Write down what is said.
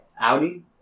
Audi